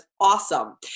awesome